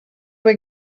were